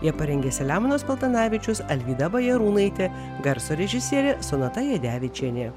ją parengė selemonas paltanavičius alvyda bajarūnaitė garso režisierė sonata jadevičienė